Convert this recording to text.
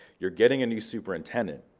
you're getting a new superintendent.